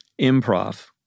improv